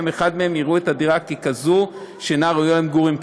אחד מהם יראו את הדירה ככזאת שאינה ראויה למגורים,